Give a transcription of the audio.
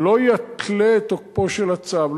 לא יתלה את תוקפו של הצו,